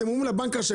אתם אומרים לבנק רשאי.